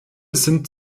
sind